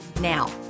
Now